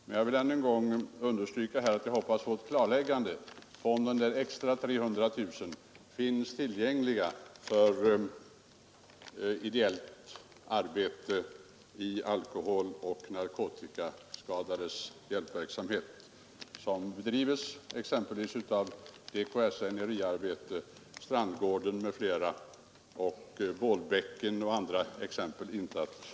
Men jag vill än en gång understryka att jag hoppas på ett klarläggande av huruvida de där extra 300 000 kronorna finns tillgängliga för det ideella arbete för hjälp åt alkoholoch narkotikaskadade som bedrivs exempelvis av DKSN i RIA-verksamheten; Strandgården, Bålbäcken och andra inte att förtiga.